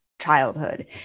childhood